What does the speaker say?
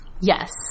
Yes